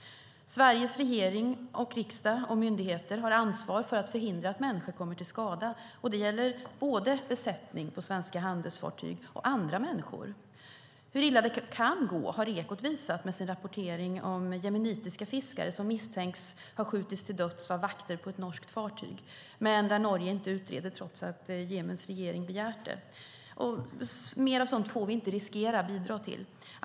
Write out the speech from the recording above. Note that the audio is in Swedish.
Sveriges regering, riksdag och myndigheter har ansvar för att förhindra att människor kommer till skada. Det gäller både besättning på svenska handelsfartyg och andra människor. Hur illa det kan gå har Ekot visat med sin rapportering om jemenitiska fiskare som misstänks ha skjutits till döds av vakter på ett norskt fartyg. Men Norge utreder inte trots att Jemens regering har begärt det. Mer av sådant får vi inte riskera att bidra till.